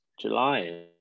July